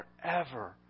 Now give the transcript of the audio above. forever